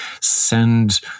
send